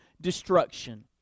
destruction